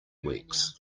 weeks